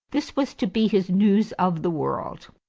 this was to be his news of the world!